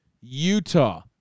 Utah